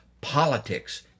politics